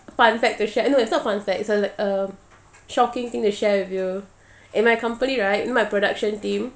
fun fact to share uh no it's not fun fact it's a like um shocking thing to share with you in my company right you know my production team